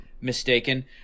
mistaken